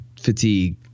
fatigue